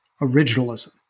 originalism